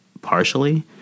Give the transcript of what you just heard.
partially